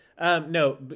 No